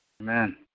Amen